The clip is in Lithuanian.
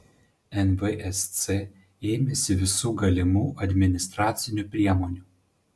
nvsc ėmėsi visų galimų administracinių priemonių